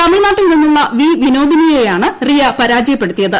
തമിഴ്നാട്ടിൽ നിന്നുള്ള വി വിനോദിനിയെയാണ് റിയ പരാജയപ്പെടുത്തിയത്